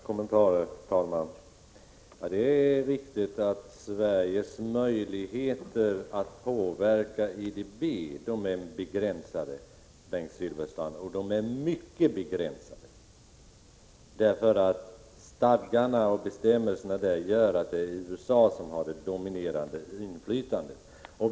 Herr talman! Det är riktigt att Sveriges möjligheter att påverka IDB är mycket begränsade, Bengt Silfverstrand. Stadgarna och bestämmelserna gör att USA har det dominerande inflytandet.